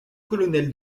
colonel